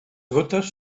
gotes